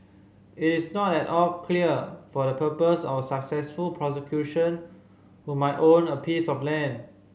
it is not at all clear for the purpose of a successful prosecution who might own a piece of land